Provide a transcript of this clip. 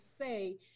say